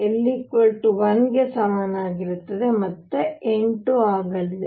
l 1 ಗೆ ಸಮನಾಗಿರುತ್ತದೆ ಮತ್ತೆ 8 ಆಗಲಿದೆ